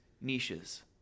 Niches